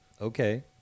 Okay